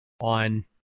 on